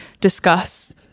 discuss